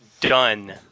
done